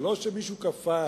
זה לא שמישהו כפה